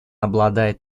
обладает